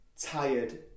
tired